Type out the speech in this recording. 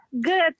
Good